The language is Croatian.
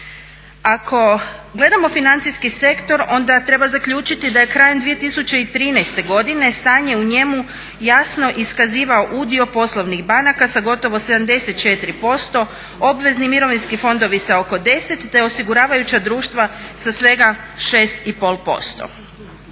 Ako gledamo financijski sektor onda treba zaključiti da je krajem 2013. godine stanje u njemu jasno iskazivao udio poslovnih banaka sa gotovo 74%, obvezni mirovinski fondovi sa oko 10 te osiguravajuća društva sa svega 6,5%.